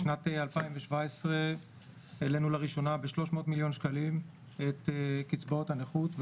בשנת 2017 העלינו לראשונה ב-300 מיליון שקלים את קצבאות הנכות,